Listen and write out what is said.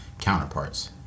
counterparts